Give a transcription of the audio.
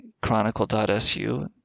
chronicle.su